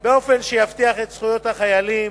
באופן שיבטיח את זכויות החיילים